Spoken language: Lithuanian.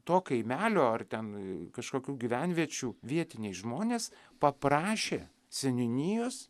to kaimelio ar ten kažkokių gyvenviečių vietiniai žmonės paprašė seniūnijos